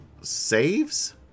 saves